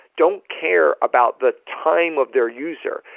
don't care about the time of their user.